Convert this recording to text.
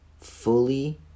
fully